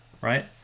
right